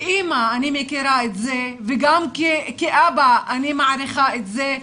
כאימא אני מכיר את זה וגם כאבא אני מעריכה את זה,